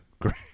Great